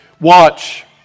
Watch